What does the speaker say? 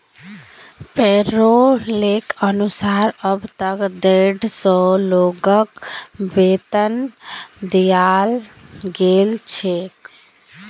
पैरोलेर अनुसार अब तक डेढ़ सौ लोगक वेतन दियाल गेल छेक